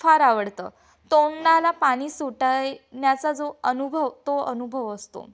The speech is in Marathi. फार आवडतं तोंडाला पाणी सुटण्याचा जो अनुभव तो अनुभव असतो